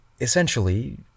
essentially